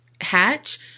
hatch